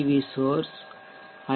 we சோர்ஷ் ஐ